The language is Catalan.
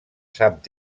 sap